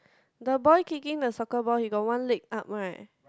the boy kicking the soccer ball he got one leg up right